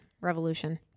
revolution